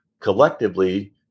collectively